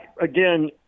again